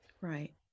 Right